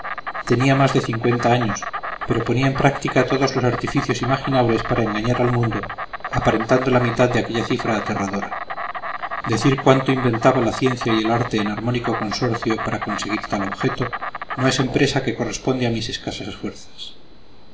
tenía más de cincuenta años pero ponía en práctica todos los artificios imaginables para engañar al mundo aparentando la mitad de aquella cifra aterradora decir cuánto inventaba la ciencia y el arte en armónico consorcio para conseguir tal objeto no es empresa que corresponde a mis escasas fuerzas